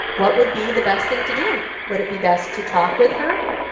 what would be the best thing to do? would it be best to talk with her?